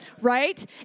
right